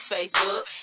Facebook